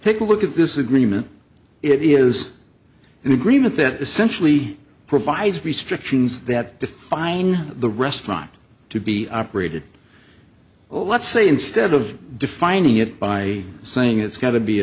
take a look at this agreement it is an agreement that essentially provides restrictions that define the restaurant to be operated well let's say instead of defining it by saying it's got to be